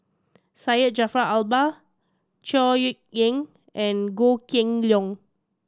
Syed Jaafar Albar Chor Yeok Eng and Goh Kheng Long